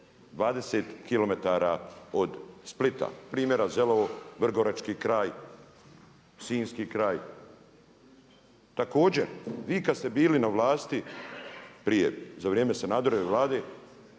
20 km d Splita, primjera Zelovo, Vrgorački kraj, Sinjski kraj. Također vi kada ste bili na vlasti prije, za vrijeme Sanaderove Vlade